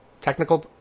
technical